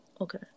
Okay